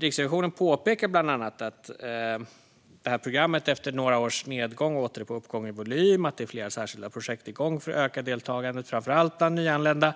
Riksrevisionen påpekar bland annat att det här programmet efter några års nedgång åter är på uppgång i volym och att det är flera särskilda projekt igång för att öka deltagandet, framför allt bland nyanlända.